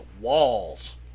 walls